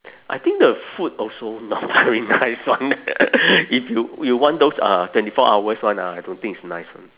I think the food also not very nice [one] if you you want those uh twenty four hours [one] ah I don't think it's nice [one]